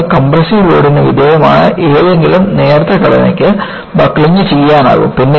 അതിനാൽ കംപ്രസ്സീവ് ലോഡിന് വിധേയമായ ഏതെങ്കിലും നേർത്ത ഘടനയ്ക്ക് ബക്കിളിംഗ് ചെയ്യാനാകും